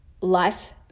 life